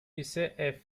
ise